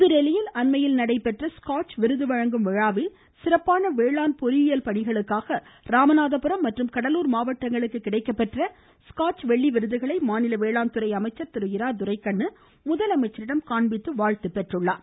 புதுதில்லியில் அண்மையில் நடைபெற்ற ஸ்காச் விருது வழங்கும் விழாவில் சிறப்பான வேளாண் பொறியியல் பணிகளுக்காக ராமநாதபுரம் மற்றும் கடலூர் மாவட்டங்களுக்கு கிடைக்கப்பெற்ற ஸ்காச் வெள்ளி விருதுகளை மாநில வேளாண்துறை அமைச்சர் திரு இரா துரைக்கண்ணு முதலமைச்சரிடம் காண்பித்து வாழ்த்து பெற்றார்